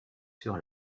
sur